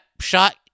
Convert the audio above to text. shot